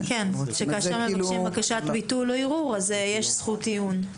שכאשר מבקשים בקשת ביטול או ערעור אז יש זכות עיון.